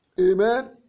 Amen